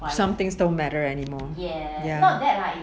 something don't matter anymore ya